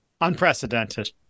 unprecedented